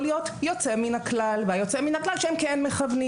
להיות יוצא מן הכלל והיוצא מן הכלל שהם כן מכוונים.